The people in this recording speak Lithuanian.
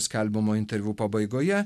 skelbiamo interviu pabaigoje